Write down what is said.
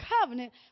covenant